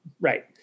Right